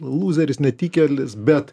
lūzeris netikėlis bet